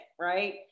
right